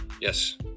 Yes